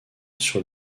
sur